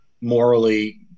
morally